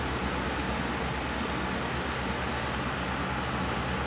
a lot of C_C_A now is also like they carry out using Zoom Zoom calls